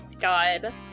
God